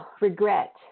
regret